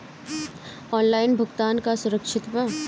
Online भुगतान का सुरक्षित बा?